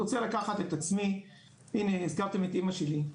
אני רוצה לקחת את עצמי, הזכרתם את אמא שלי,